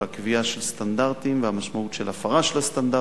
על הקביעה של הסטנדרטים ועל המשמעות של הפרה של הסטנדרטים,